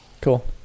cool